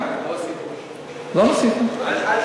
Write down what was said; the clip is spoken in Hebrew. לא ניסיתם.